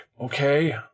okay